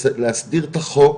להסדיר את החוק,